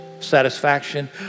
Satisfaction